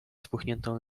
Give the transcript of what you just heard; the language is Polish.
spuchniętą